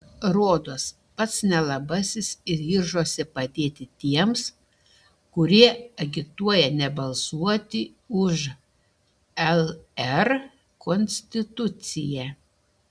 rodos pats nelabasis ryžosi padėti tiems kurie agituoja nebalsuoti už lr konstituciją